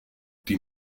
die